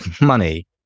money